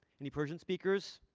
any persian speakers?